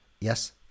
Yes